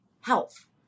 health